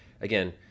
Again